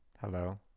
Hello